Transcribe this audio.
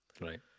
Right